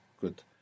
good